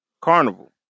Carnival